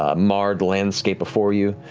ah marred landscape before you,